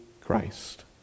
Christ